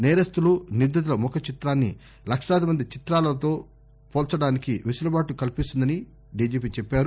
నేరస్తులు నిందితుల ముఖ చిత్రాన్ని లాక్షలాది మంది చిత్రాలలో పోల్చటానికి వెసలుబాటు కల్పిస్తుందని డిజిపి చెప్పారు